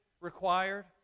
required